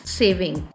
saving